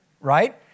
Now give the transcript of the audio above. Right